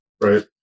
Right